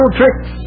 tricks